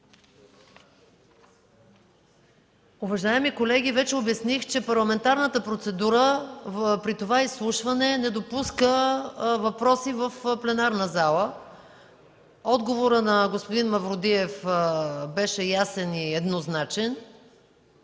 Уважаеми колеги, вече обясних, че парламентарната процедура при това изслушване не допуска въпроси в пленарната зала. Отговорът на господин Мавродиев беше ясен и еднозначен,